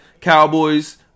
Cowboys